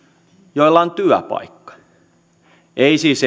joilla on työpaikka ei siis